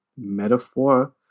metaphor